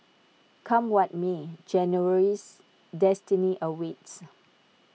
come what may January's destiny awaits